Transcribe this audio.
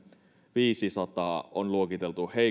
viisisataa on luokiteltu